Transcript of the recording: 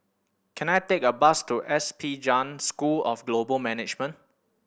can I take a bus to S P Jain School of Global Management